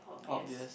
obvious